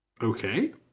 Okay